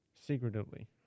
secretively